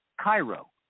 Cairo